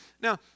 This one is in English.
Now